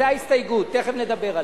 זה ההסתייגות, תיכף נדבר עליה.